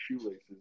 shoelaces